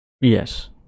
yes